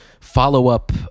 follow-up